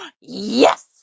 Yes